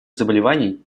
заболеваний